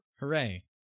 Hooray